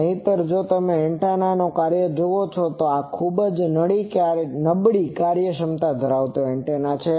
નહિંતર જો તમે આ એન્ટેનાનું કાર્ય જુઓ છો તો આ ખૂબ જ નબળી કાર્યક્ષમતા ધરાવતી એન્ટેના છે